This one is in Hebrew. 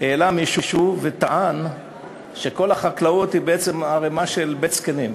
עלה מישהו וטען שכל החקלאות היא בעצם ערמה של בית-זקנים,